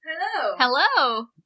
hello